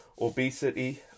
obesity